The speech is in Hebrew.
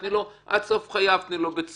תני לו עד סוף חייו בית סוהר,